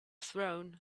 throne